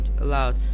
allowed